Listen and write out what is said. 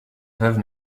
veuve